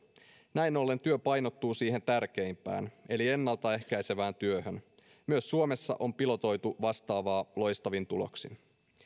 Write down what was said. näin ollen työ painottuu siihen tärkeimpään eli ennaltaehkäisevään työhön myös suomessa on pilotoitu vastaavaa loistavin tuloksin